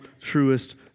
truest